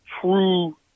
true